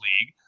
league